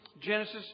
Genesis